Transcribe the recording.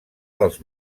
dels